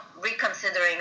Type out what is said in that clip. reconsidering